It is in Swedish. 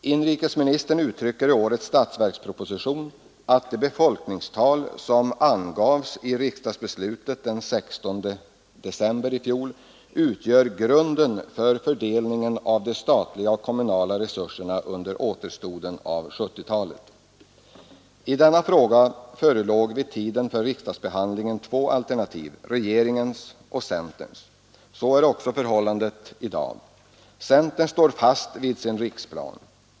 Inrikesministern uttrycker i årets statsverksproposition att de befolkningstal, som angavs i riksdagsbeslutet den 16 december i fjol, utgör grunden för fördelningen av de statliga och kommunala resurserna under återstoden av 1970-talet. I denna fråga förelåg vid tiden för riksdagsbehandlingen två alternativ: regeringens och centerns. Så är också förhållandet i dag. Centern står fast vid sin riksplan.